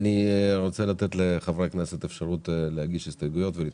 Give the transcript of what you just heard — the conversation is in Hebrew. אני רוצה לתת לחברי הכנסת להגיש הסתייגויות.